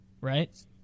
Right